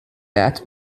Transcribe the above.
bats